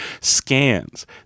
Scans